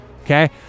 okay